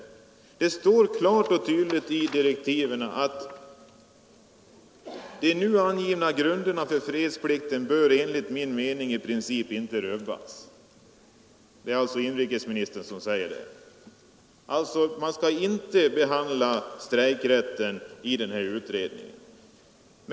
I direktiven står klart och tydligt: ”De nu angivna grunderna för fredsplikten bör enligt min mening i princip inte rubbas.” Det är inrikesministern som säger detta. Man skall alltså inte behandla strejkrätten i den här utredningen.